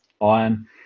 iron